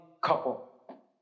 couple